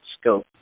scope